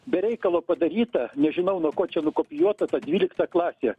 be reikalo padaryta nežinau nuo ko čia nukopijuota ta dvylikta klasė